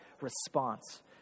response